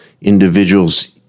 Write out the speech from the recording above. individuals